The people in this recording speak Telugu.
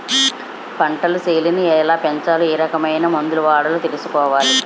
పంటసేలని ఎలాపెంచాలో ఏరకమైన మందులు వాడాలో తెలుసుకోవాలి